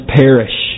perish